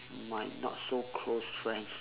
my not so close friends